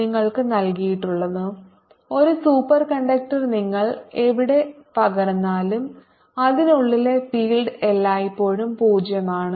നിങ്ങൾക്ക് നൽകിയിട്ടുള്ളത് ഒരു സൂപ്പർകണ്ടക്ടർ നിങ്ങൾ എവിടെ പകർന്നാലും അതിനുള്ളിലെ ഫീൽഡ് എല്ലായ്പ്പോഴും 0 ആണ്